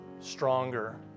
stronger